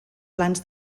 plans